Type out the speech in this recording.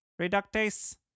Reductase